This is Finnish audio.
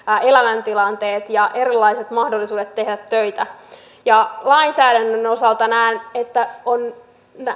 elämäntilanteet ja erilaiset mahdollisuudet tehdä töitä lainsäädännön osalta näen että on